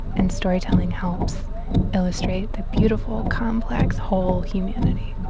and storytelling helps illustrate the beautiful complex, whole humanity